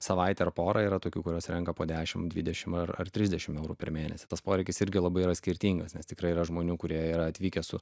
savaitę ar porą yra tokių kurios renka po dešim dvidešim ar trisdešim eurų per mėnesį tas poreikis irgi labai yra skirtingas nes tikrai yra žmonių kurie yra atvykę su